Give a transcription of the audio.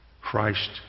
Christ